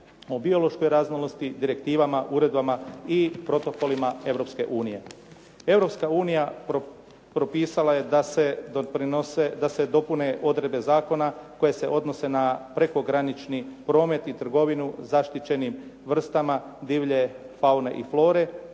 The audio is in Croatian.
O biološkoj raznolikosti, direktivama, uredbama i protokolima Europske unije. Europska unija propisala je da se dopune odredbe zakona koje se odnose na prekogranični promet i trgovinu zaštićenim vrstama divlje faune i flore,